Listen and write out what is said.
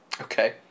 Okay